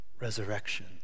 Resurrection